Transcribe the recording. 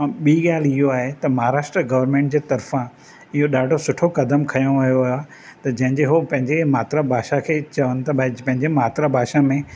ऐं ॿी ॻाल्हि इहो आहे त महाराष्ट्र गवरमेंट जे तर्फ़ां इहो ॾाढो सुठो कदम खयों वियो आहे त जंहिंजे उहे पंहिंजे मातृभाषा खे चवनि त भई पंहिंजे मातृभाषा में